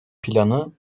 planı